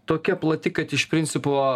tokia plati kad iš principo